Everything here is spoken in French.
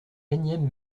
énième